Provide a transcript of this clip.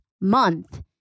month